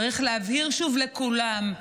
צריך להבהיר שוב לכולם: